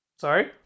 sorry